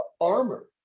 armor